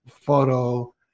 photo